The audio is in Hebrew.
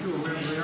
מקשיב.